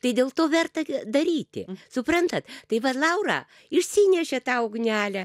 tai dėl to verta daryti suprantat tai vat laura išsinešė tą ugnelę